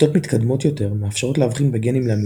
שיטות מתקדמות יותר מאפשרות להבחין בגנים לעמידות,